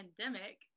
pandemic